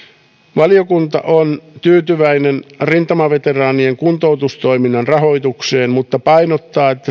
valiokunta on tyytyväinen rintamaveteraanien kuntoutustoiminnan rahoitukseen mutta painottaa että